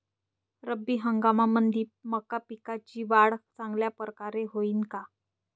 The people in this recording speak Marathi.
रब्बी हंगामामंदी मका पिकाची वाढ चांगल्या परकारे होईन का?